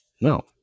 No